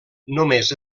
només